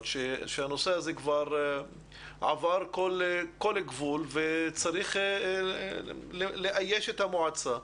שהנושא הזה כבר עבר כל גבול וצריך לאייש את המועצה.